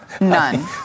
None